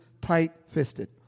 tight-fisted